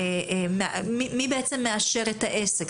מי בעצם מאשר את העסק?